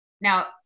Now